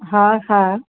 हा हा